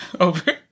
over